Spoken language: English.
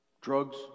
Drugs